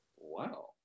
Wow